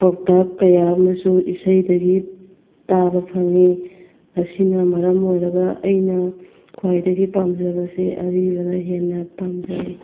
ꯄꯥꯎꯇꯥꯛ ꯀꯌꯥ ꯑꯃꯁꯨ ꯏꯁꯩꯗꯒꯤ ꯇꯥꯕ ꯐꯪꯏ ꯑꯁꯤꯅ ꯃꯔꯝ ꯑꯣꯏꯔꯒ ꯑꯩꯅ ꯈ꯭꯭ꯋꯥꯏꯗꯒꯤ ꯄꯥꯝꯖꯕꯁꯦ ꯑꯔꯤꯕꯅ ꯍꯦꯟꯅ ꯄꯥꯝꯖꯩ